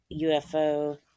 UFO